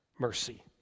mercy